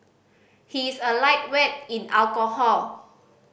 he is a lightweight in alcohol